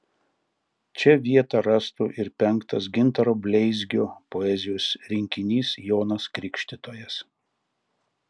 čia vietą rastų ir penktas gintaro bleizgio poezijos rinkinys jonas krikštytojas